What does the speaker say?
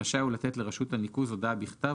רשאי הוא לתת לרשות הניקוז הודעה בכתב,